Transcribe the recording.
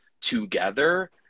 together